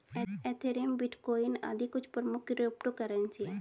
Ethereum, bitcoin आदि कुछ प्रमुख क्रिप्टो करेंसी है